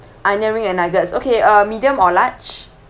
onion ring and nuggets okay uh medium or large